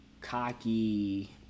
cocky